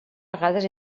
pagades